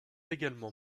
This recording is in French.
également